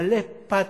מלא פתוס,